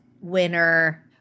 winner